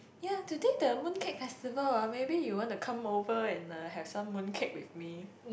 ya today the Mooncake Festival ah maybe you wanna come over and uh have some mooncake with me